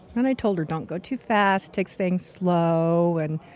and i told her, don't go too fast, take things slow. and